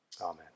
Amen